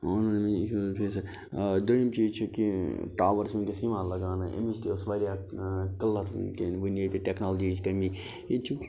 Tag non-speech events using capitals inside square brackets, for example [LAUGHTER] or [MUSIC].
[UNINTELLIGIBLE] ٲں دوٚیِم چیٖز چھُ کہِ ٲں ٹاوَر چھِ وُنٛکیٚس یِوان لَگاونہٕ أمِچ تہِ ٲس واریاہ ٲں قٕلت [UNINTELLIGIBLE] وُنہِ ییٚتہِ ٹیٚکنالوجی ہِچ کٔمی ییٚتہِ چھِ